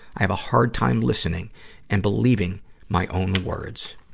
i have a hard time listening and believing my own words.